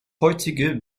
heutige